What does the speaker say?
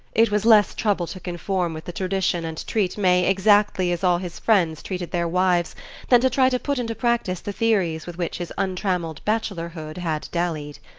it was less trouble to conform with the tradition and treat may exactly as all his friends treated their wives than to try to put into practice the theories with which his untrammelled bachelorhood had dallied.